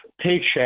paycheck